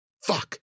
Fuck